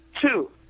Two